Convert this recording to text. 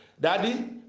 Daddy